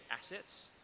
assets